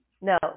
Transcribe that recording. No